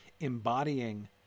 embodying